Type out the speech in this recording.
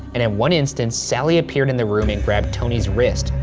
and in one instance, sallie appeared in the room and grabbed tony's wrist,